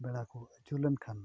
ᱵᱮᱲᱟ ᱠᱚ ᱟᱹᱪᱩᱨ ᱞᱮᱱᱠᱷᱟᱱ